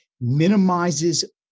minimizes